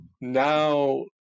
now